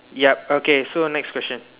yup okay so next question